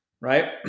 right